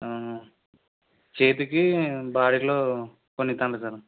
చేతికి బాడీలో కొన్ని తాన సార్